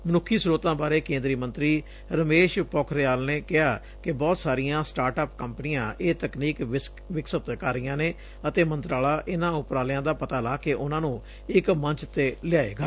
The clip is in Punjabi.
ਮਨੁੱਖੀ ਸਰੋਤਾਂ ਬਾਰੇ ਕੇਂਦਰੀ ਮੰਤਰੀ ਰਮੇਸ਼ ਪੋਖਰਿਆਲ ਨੇ ਕਿਹਾ ਕਿ ਬਹੁਤ ਸਾਰੀਆਂ ਸਟਾਰਟ ਅਪ ਕੰਪਨੀਆਂ ਇਹ ਤਕਨੀਕ ਵਿਕਸਤ ਕਰ ਰਹੀਆਂ ਨੇ ਅਤੇ ਮੰਤਰਾਲਾ ਇਨਾਂ ਉਪਰਾਲਿਆਂ ਦਾ ਪਤਾ ਲਾ ਕੇ ਉਨਾਂ ਨੂੰ ਇਕ ਮੰਚ ਤੇ ਲਿਆਏਗਾ